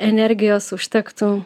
energijos užtektų